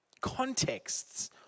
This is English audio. contexts